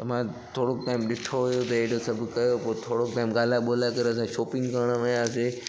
त मां थोरोक टाइम ॾिठो हुओ त हेॾो सभु त पोइ थोरो टाइम ॻाल्हाए ॿोलाए करे असां शॉपिंग करण वियासीं